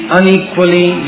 unequally